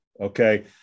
okay